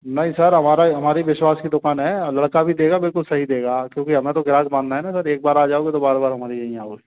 नहीं सर हमारा हमारी विश्वास की दुकान हैं लड़का भी देगा बिलकुल सही देगा क्योंकि हमें तो ग्राहक बांधना है ना सर एक बार आ जाओगे तो बार बार हमारे यहीं आओगे